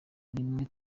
nimwe